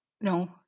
No